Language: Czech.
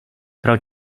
pro